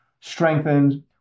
strengthened